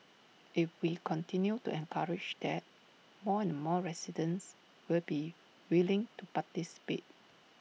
if we continue to encourage that more and more residents will be willing to participate